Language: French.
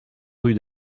rue